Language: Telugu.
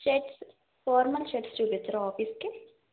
షర్ట్స్ ఫార్మల్ షర్ట్స్ చూపించరా ఆఫీస్కి